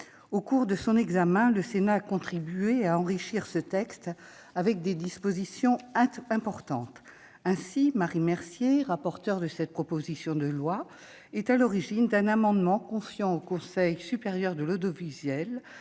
Au cours de son examen, le Sénat a contribué à enrichir ce texte avec des dispositions importantes. Ainsi, Marie Mercier, rapporteure de cette proposition de loi, est à l'origine d'un amendement confiant au Conseil supérieur de l'audiovisuel